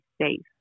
safe